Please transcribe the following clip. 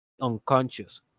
Unconscious